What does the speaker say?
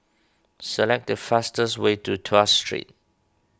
select the fastest way to Tuas Street